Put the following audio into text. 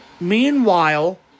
Meanwhile